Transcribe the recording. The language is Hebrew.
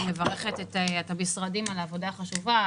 אני מברכת את המשרדים על העבודה החשובה,